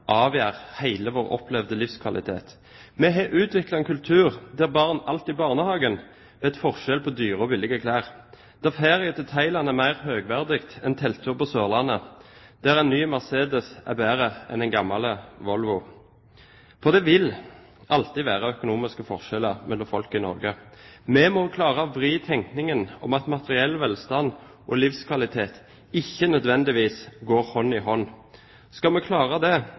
vår opplevde livskvalitet. Vi har utviklet en kultur der barn alt i barnehagen vet forskjell på dyre og billige klær, der ferie til Thailand er mer høyverdig enn telttur på Sørlandet, og der en ny Mercedes er bedre enn en gammel Volvo. Det vil alltid være økonomiske forskjeller mellom folk i Norge. Vi må klare å vri tenkningen om at materiell velstand og livskvalitet ikke nødvendigvis går hånd i hånd. Skal vi klare det,